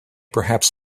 perhaps